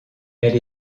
elle